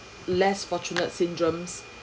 less fortunate syndromes